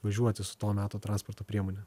važiuoti su to meto transporto priemone